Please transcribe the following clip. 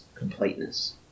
completeness